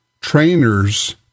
trainers